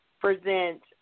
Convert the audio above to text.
present